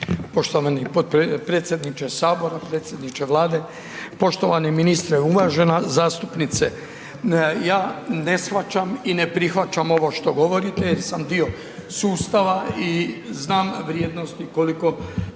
Poštovani predsjedniče Sabora, predsjedniče Vlade, poštovani ministre. Uvažena zastupnice. Ja ne shvaćam i ne prihvaćam ovo što govorite jer sam dio sustava i znam vrijednosti koje